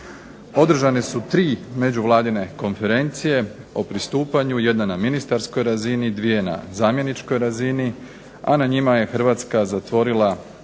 Održane su 3 Međuvladine konferencije o pristupanju. Jedna na ministarskoj razini, dvije na zamjeničkoj razini, a na njima je Hrvatska zatvorila